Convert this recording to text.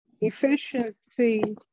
Efficiency